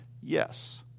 yes